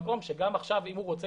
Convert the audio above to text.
הוא רוצה